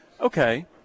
Okay